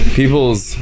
people's